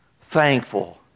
thankful